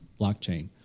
blockchain